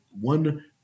one